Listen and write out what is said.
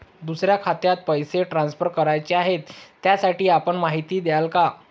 दुसऱ्या खात्यात पैसे ट्रान्सफर करायचे आहेत, त्यासाठी आपण माहिती द्याल का?